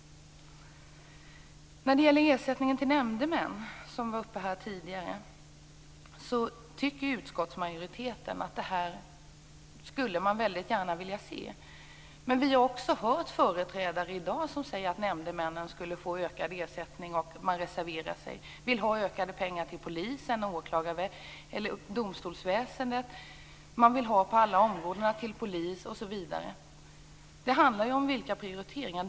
Frågan om ersättning till nämndemän var uppe tidigare. Utskottsmajoriteten skulle väldigt gärna vilja se en höjning. Vi har också i dag hört företrädare för olika partier säga att nämndemännen bör få ökad ersättning. Man reserverar sig. Man vill att polisen skall få mer pengar, att domstolsväsendet skall få mer pengar osv. Man vill ha mer pengar till alla områden. Det handlar om prioriteringar.